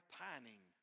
pining